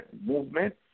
movement